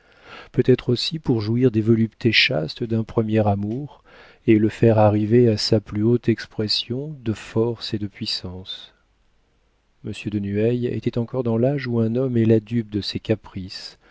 peut-être aussi pour jouir des voluptés chastes d'un premier amour et le faire arriver à sa plus haute expression de force et de puissance monsieur de nueil était encore dans l'âge où un homme est la dupe de ces caprices